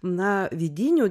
na vidinių